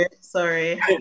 Sorry